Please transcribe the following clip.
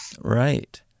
Right